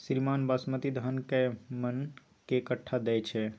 श्रीमान बासमती धान कैए मअन के कट्ठा दैय छैय?